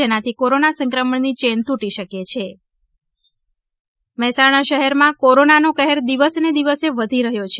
જેનાથી કોરોના સંક્રમણની ચેન તૂટી શકે છે નો વેન્ડીંગ ઝોન મહેસાણા શહેરમાં કોરોનાનો કહેર દિવસે ને દિવસે વધી રહ્યો છે